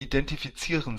identifizieren